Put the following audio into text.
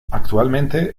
actualmente